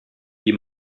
wie